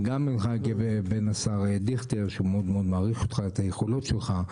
לבין השר לבין השר דיכטר שהוא מאוד מאוד מעריך אותך את היכולות שלך,